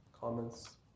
comments